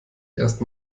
erst